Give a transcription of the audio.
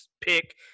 pick –